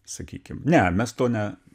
sakykim ne mes to ne